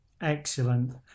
Excellent